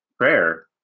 prayer